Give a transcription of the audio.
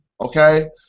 Okay